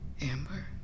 Amber